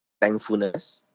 thankfulness